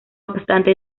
obstante